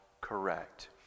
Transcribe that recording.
correct